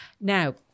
Now